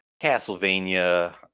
Castlevania